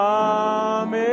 Come